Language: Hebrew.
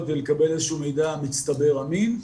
כדי לקבל איזה שהוא מידע מצטבר אמין,